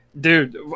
dude